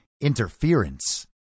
interference